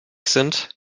sind